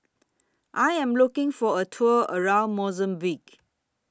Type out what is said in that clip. I Am looking For A Tour around Mozambique